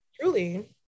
Truly